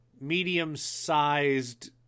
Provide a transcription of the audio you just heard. medium-sized